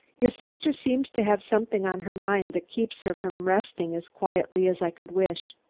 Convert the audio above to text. your sister seems to have something on her mind that keeps her from resting as quietly as i could wish.